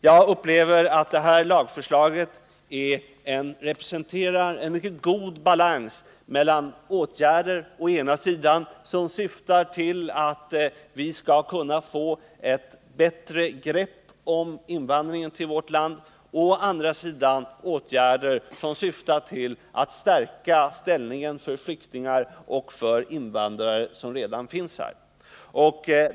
Jag upplever att lagförslaget står för en mycket god balans mellan å ena sidan åtgärder som syftar till att vi skall få ett bättre grepp om invandringen till vårt land och å andra sidan åtgärder som syftar till att stärka ställningen för flyktningar och invandrare som redan finns här.